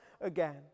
again